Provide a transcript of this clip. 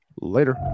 Later